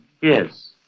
Yes